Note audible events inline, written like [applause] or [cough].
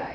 [laughs] mm